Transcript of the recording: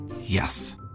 Yes